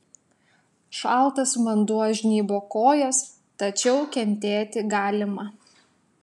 šaltas vanduo žnybo kojas tačiau kentėti galima